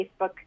Facebook